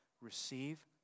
receive